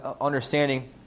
understanding